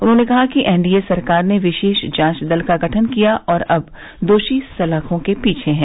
उन्होंने कहा कि एनडीए सरकार ने विशेष जांच दल का गठन किया और अब दोषी सलाखों के पीछे हैं